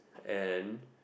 and